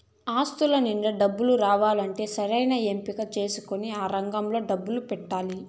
ఆస్తుల నుండి డబ్బు రావాలంటే సరైన ఎంపిక చేసుకొని ఆ రంగంలో డబ్బు పెట్టాలి